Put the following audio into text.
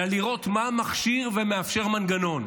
אלא לראות מה המכשיר ומאפשר מנגנון.